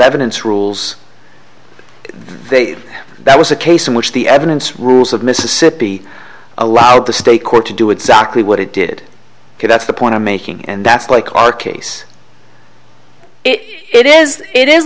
evidence rules they that was a case in which the evidence rules of mississippi allowed the state court to do exactly what it did could that's the point i'm making and that's like our case it is it is